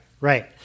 right